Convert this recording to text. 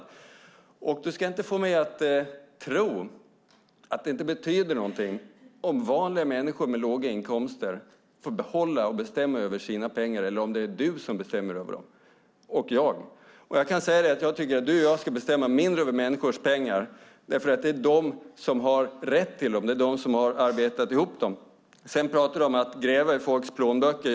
Peter Persson ska inte få mig att tro att det inte betyder någonting om vanliga människor med låga inkomster får behålla och bestämma över sina pengar eller om Peter Persson och jag bestämmer över dem. Jag tycker att Peter Persson och jag ska bestämma mindre över människors pengar, för det är de som har rätt till dem. Det är de som har arbetat ihop dem. Sedan pratar Peter Persson om att gräva i folks plånböcker.